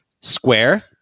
Square